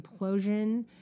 implosion